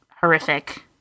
horrific